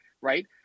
right